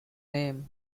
name